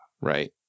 Right